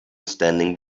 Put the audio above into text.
standing